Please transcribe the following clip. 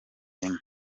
amb